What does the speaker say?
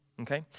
okay